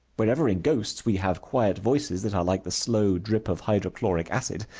wherever in ghosts we have quiet voices that are like the slow drip of hydrochloric acid,